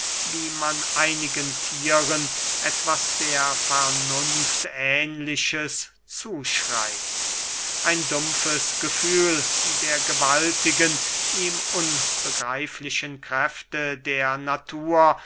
wie man einigen thieren etwas der vernunft ähnliches zuschreibt ein dumpfes gefühl der gewaltigen ihm unbegreiflichen kräfte der natur